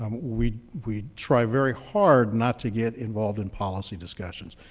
um we we try very hard not to get involved in policy discussions.